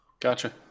Gotcha